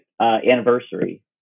anniversary